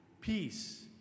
peace